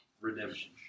redemption